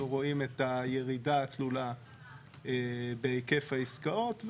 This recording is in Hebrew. רואים את הירידה התלולה בהיקף העסקאות,